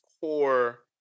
core